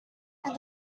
and